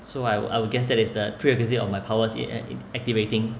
so I would I would guess that is the prerequisite of my powers in ac~ activating